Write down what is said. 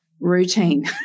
routine